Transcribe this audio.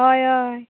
होय होय